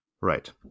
Right